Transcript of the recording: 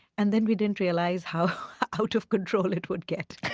and then we didn't realize how out of control it would get